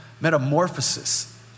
metamorphosis